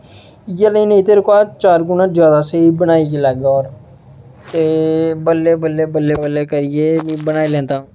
इ'यै नेही नेईं ते एह्दे कोला चार गुणा जादा स्हेई बनाई लैगा ते बल्लें बल्लें बल्लें बल्लें करियै बनाई लैंदा